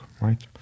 right